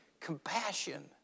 compassion